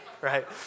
right